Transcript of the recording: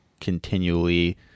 continually